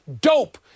dope